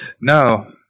No